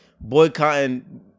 boycotting